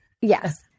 Yes